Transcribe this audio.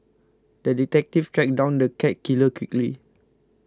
the detective tracked down the cat killer quickly